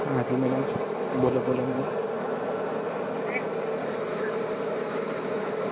હા જી મેડમ બોલો બોલો મેડમ